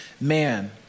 man